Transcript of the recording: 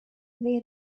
they